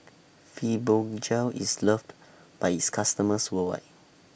Fibogel IS loved By its customers worldwide